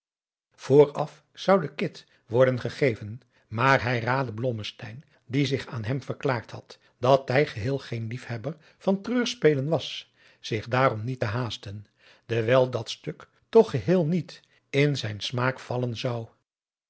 vooraf zou de cid worden gegeven maar hij raadde blommesteyn die zich aan hem verklaard had dat hij geheel geen lief hebber van treurspelen was zich daarom niet te haasten dewijl dat stuk toch geheel niet in zijn smaak vallen zou